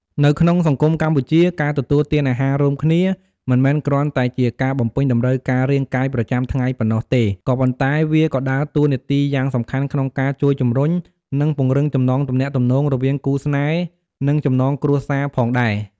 នៅក្នុងសង្គមកម្ពុជា ការទទួលទានអាហាររួមគ្នា មិនមែនគ្រាន់តែជាការបំពេញតម្រូវការរាងកាយប្រចាំថ្ងៃប៉ុណ្ណោះទេ ក៏ប៉ុន្តែវាក៏ដើរតួនាទីយ៉ាងសំខាន់ក្នុងការជួយជំរុញ និង ពង្រឹងចំណងទំនាក់ទំនងរវាងគូស្នេហ៍ និងចំណងគ្រួសារផងដែរ។